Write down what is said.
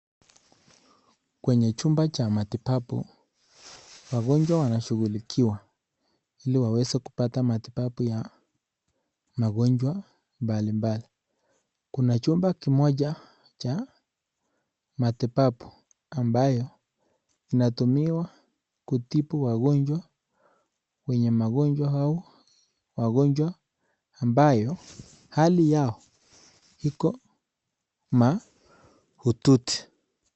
Kwenye chumba cha matibabu, wagonjwa wanashughulikiwa ili waweze kupata matibabu ya magonjwa mbalimbali, kuna chumba kimoja cha matibabu ambayo inatumiwa kutibu wagonjwa wenye magonjwa au wagonjwa ambayo hali yao iko mahututi.